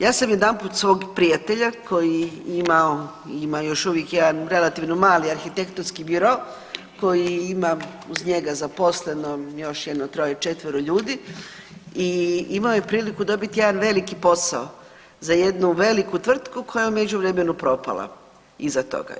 Ja sam jedanput svog prijatelja koji je imao i ima još uvijek jedan relativno mali arhitektonski biro koji ima uz njega zaposleno još jedno troje četvero ljudi i imao je priliku dobiti jedan veliki posao za jednu veliku tvrtku koja je u međuvremenu propala iza toga.